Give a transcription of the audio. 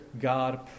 God